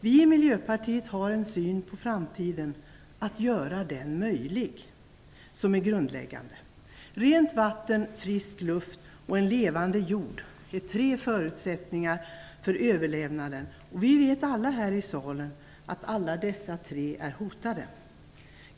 Vi i Miljöpartiet har en syn på framtiden, att göra den möjlig, som är grundläggande. Rent vatten, frisk luft och en levande jord är tre förutsättningar för överlevnaden. Vi vet alla här i salen att alla tre är hotade.